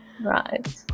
Right